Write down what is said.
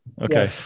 Okay